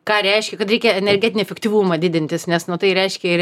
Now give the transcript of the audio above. ką reiškia kad reikia energetinį efektyvumą didintis nes nu tai reiškia ir